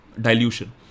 dilution